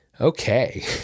Okay